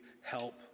help